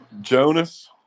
Jonas